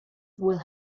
will